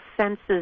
senses